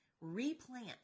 Replant